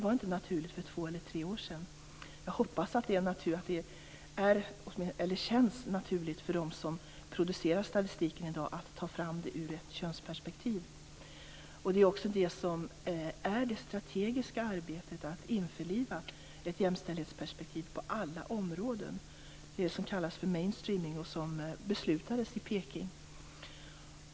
För två eller tre år sedan var det inte naturligt. Jag hoppas att det känns naturligt för dem som producerar statistiken i dag att ta fram den ur ett könsperspektiv. Det strategiska arbetet går ut på att införliva ett jämställdhetsperspektiv på alla områden. Det är detta som kallas mainstreaming och som beslutats i Peking.